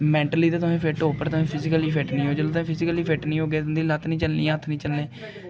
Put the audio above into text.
mentally ते तुसें fit ओ पर तुस फिजिकली फिट निं ओ जेल्लै तुस फिजिकली फिट निं होगे तुं'दी लत्त निं चलनी हत्थ निं चलने